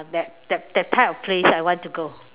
that that type of place I want to go